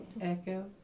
echo